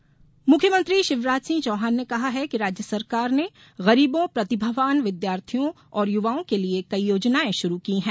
सम्मान समारोह मुख्यमंत्री शिवराज सिंह चौहान ने कहा है कि राज्य सरकार ने गरीबो प्रतिभावान विद्यार्थियों और युवाओं के लिये कई योजनायें शुरू की गई हैं